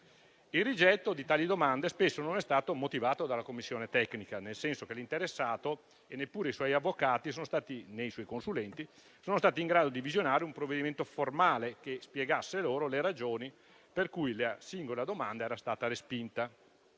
Il rigetto di tali domande spesso non è stato motivato dalla commissione tecnica, nel senso che l'interessato, i suoi avvocati e i suoi consulenti non sono stati in grado di visionare un provvedimento formale che spiegasse loro le ragioni per cui la singola domanda era stata respinta.